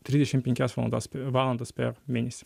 trisdešimt penkias valandas valandas per mėnesį